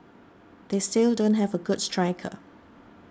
they still don't have a good striker